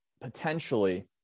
potentially